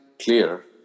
clear